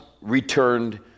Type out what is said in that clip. returned